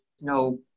no